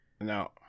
No